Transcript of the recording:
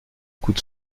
coûte